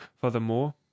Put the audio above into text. Furthermore